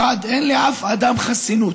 1. אין לאף אדם חסינות.